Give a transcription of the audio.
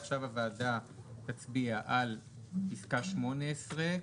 עכשיו הוועדה תצביע על פיסקה 18,